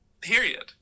Period